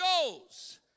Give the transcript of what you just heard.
goes